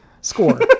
Score